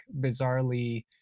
bizarrely